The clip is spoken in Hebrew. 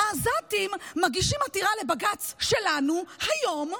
העזתים מגישים עתירה לבג"ץ שלנו, היום,